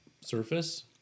surface